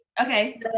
Okay